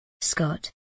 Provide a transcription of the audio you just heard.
Scott